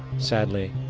sadly,